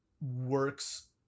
works